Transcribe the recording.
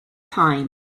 time